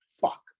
fuck